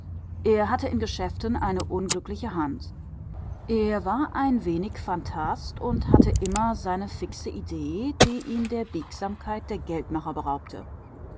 er hatte in geschäften eine unglückliche hand er war ein wenig phantast und hatte immer seine fixe idee die ihn der biegsamkeit der geldmacher beraubte